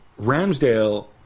Ramsdale